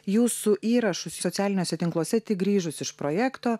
jūsų įrašus socialiniuose tinkluose tik grįžus iš projekto